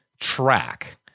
track